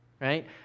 right